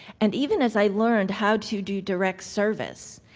and, even as i learned how to do direct service,